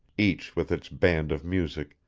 each with its band of music,